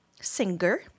singer